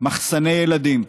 מחסני ילדים,